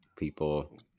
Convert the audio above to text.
people